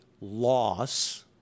loss